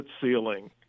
ceiling